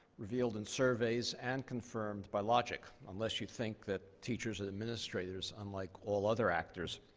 revealed in surveys and confirmed by logic. unless you think that teachers and administrators, unlike all other actors,